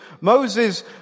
Moses